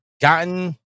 gotten